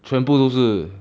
全部都是